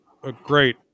great